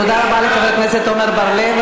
תודה רבה לחבר הכנסת עמר בר-לב.